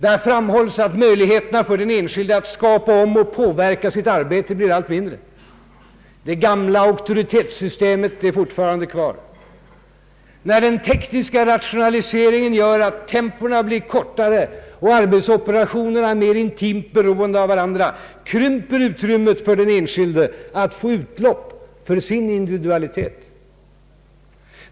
Där framhålls att möjligheterna för den enskilde att skapa om och påverka sitt arbete blir allt mindre. Det gamla auktoritetssystemet är fortfarande kvar. När den tekniska rationaliseringen gör att tempona blir kortare och arbetsoperationerna mer intimt beroende av varandra, krymper utrymmet för den enskilde att få utlopp för sin individualitet.